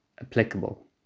applicable